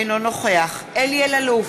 אינו נוכח אלי אלאלוף,